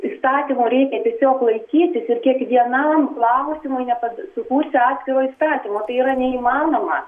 įstatymo reikia tiesiog laikytis ir kiekvienam klausimui nepa sukursi atskiro įstatymo tai yra neįmanoma